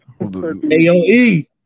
AOE